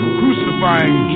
crucifying